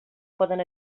poden